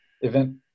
event